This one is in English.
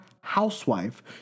housewife